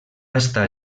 estar